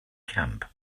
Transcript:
camp